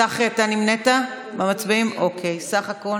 בסך הכול